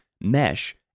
mesh